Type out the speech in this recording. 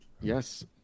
Yes